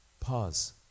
pause